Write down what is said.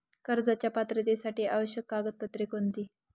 कर्जाच्या पात्रतेसाठी आवश्यक कागदपत्रे कोणती?